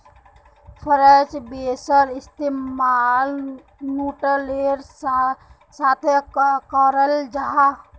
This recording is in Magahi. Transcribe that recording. फ्रेंच बेंसेर इस्तेमाल नूडलेर साथे कराल जाहा